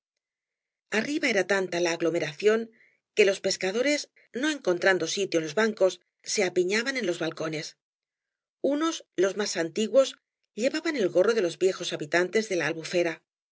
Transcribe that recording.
arriba era tanta la aglomeración que loa pescadores no encontrando sitio en los bancos se apiñaban en los balcones unos los más antiguos llevaban el gorro rojo de los viejos habitantes de la albufera